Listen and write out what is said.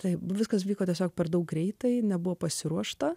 taip viskas vyko tiesiog per daug greitai nebuvo pasiruošta